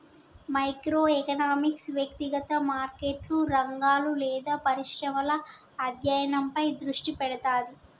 micro economics వ్యక్తిగత మార్కెట్లు, రంగాలు లేదా పరిశ్రమల అధ్యయనంపై దృష్టి పెడతది